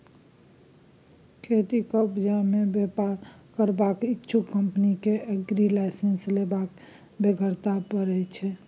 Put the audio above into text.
खेतीक उपजा मे बेपार करबाक इच्छुक कंपनी केँ एग्री लाइसेंस लेबाक बेगरता परय छै